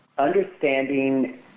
Understanding